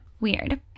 weird